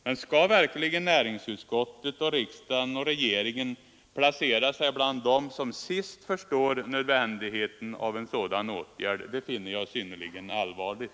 Men skall verkligen näringsutskottet och riksdagen och regeringen placera sig bland dem som sist förstår nödvändigheten av en sådan åtgärd? Det finner jag synnerligen allvarligt.